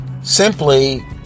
Simply